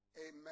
Amen